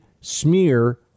smear